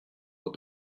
what